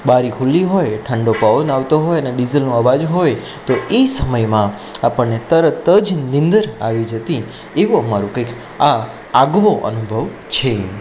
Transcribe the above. બારી ખુલ્લી હોય ઠંડો પવન આવતો હોય અને ડીઝલનો અવાજ હોય તો એ સમયમાં આપણને તરત જ નીંદર આવી જતી એવો અમારો કંઈક આ આગવો અનુભવ છે